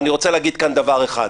ואני רוצה להגיד כאן דבר אחד: